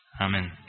Amen